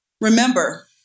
remember